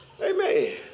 amen